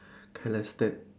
can't understand